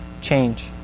change